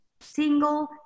single